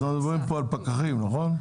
אנחנו מדברים פה על פקחים, נכון?